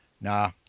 Nah